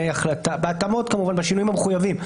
החלטה בהתאמות כמובן בשינויים המחויבים.